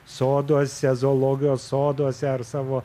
soduose zoologijos soduose ar savo